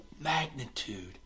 magnitude